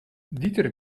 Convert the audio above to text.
dieter